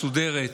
מסודרת,